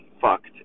fucked